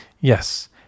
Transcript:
Yes